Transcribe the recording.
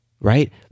right